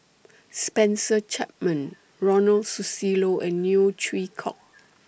Spencer Chapman Ronald Susilo and Neo Chwee Kok